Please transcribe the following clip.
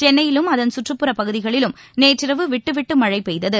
சென்னையிலும் அதன்சுற்றுப்புற பகுதிகளிலும் நேற்றிரவு விட்டு விட்டு மழை பெய்தது